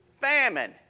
Famine